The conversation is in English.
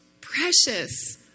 Precious